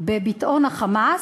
בביטאון ה"חמאס",